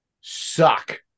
Suck